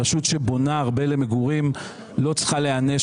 רשות שבונה הרבה למגורים לא צריכה להיענש